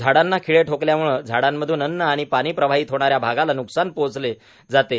झाडांना खिळे ठोकल्यामुळे झाडांमधून अन्न आणि पाणी प्रवाहित होणा या भागाला न्कसान पोहोचले जाते